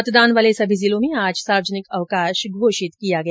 मतदान वाले सभी जिलों में आज सार्वजनिक अवकाश घोषित किया गया है